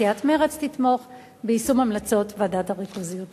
וסיעת מרצ תתמוך ביישום המלצות ועדת הריכוזיות.